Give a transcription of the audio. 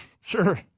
Sure